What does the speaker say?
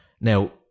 Now